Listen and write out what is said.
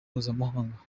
mpuzamahanga